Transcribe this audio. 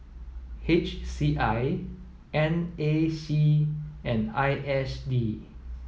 H C I N A C and I S D